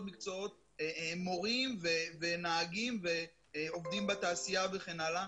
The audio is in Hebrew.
מקצועות מורים ונהגים ועובדים בתעשייה וכן הלאה.